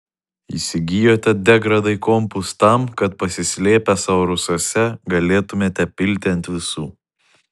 įsigijote degradai kompus tam kad pasislėpę savo rūsiuose galėtumėte pilti ant visų